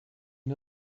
une